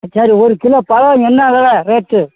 சரி ஒரு கிலோ பழம் என்ன வெலை ரேட்டு